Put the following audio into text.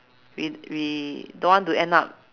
we we don't want to end up